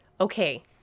okay